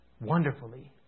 wonderfully